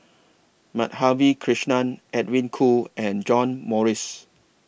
Madhavi Krishnan Edwin Koo and John Morrice